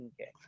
Okay